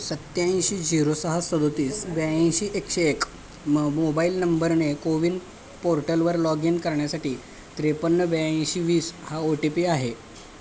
सत्याऐंशी झिरो सहा सदतीस ब्याऐंशी एकशे एक म मोबाईल नंबरने कोविन पोर्टलवर लॉग इन करण्यासाठी त्रेपन्न ब्याऐंशी वीस हा ओ टी पी आहे